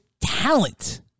talent